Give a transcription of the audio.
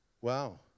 Wow